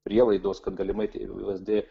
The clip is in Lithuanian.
prielaidos kad galimai vsd